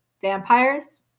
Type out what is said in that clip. Vampires